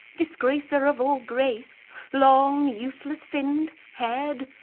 disgracer of all grace long-useless-finned, haired,